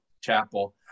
Chapel